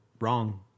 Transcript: wrong